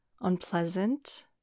unpleasant